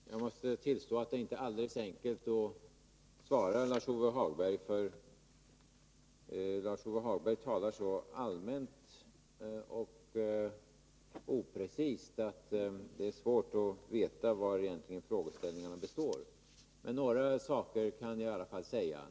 Herr talman! Jag måste tillstå att det inte är så alldeles enkelt att svara Lars-Ove Hagberg — han talar så allmänt och oprecist att det är svårt att veta vari frågeställningarna egentligen består. Men några saker kan jag i alla fall säga.